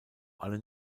allem